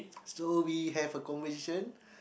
so we have a conversation